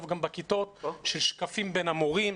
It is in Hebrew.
טוב גם בכיתות של שקפים בין המורים,